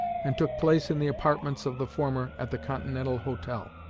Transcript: and took place in the apartments of the former at the continental hotel.